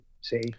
See